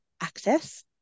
access